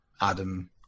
Adam